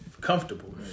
Comfortable